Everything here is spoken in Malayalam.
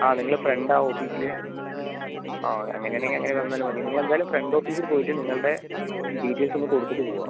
ആ നിങ്ങൾ ഫ്രണ്ട് ആ ഓഫീസിൽ ഓ അങ്ങനെ ആണെങ്കിൽ അങ്ങനെ തന്നാലും മതി നിങ്ങൾ എന്തായാലും ഫ്രണ്ട് ഓഫീസിൽ പോയിട്ട് നിങ്ങളുടെ ഡീറ്റെയിൽസ് ഒന്ന് കൊടുത്തിട്ട് പോവുക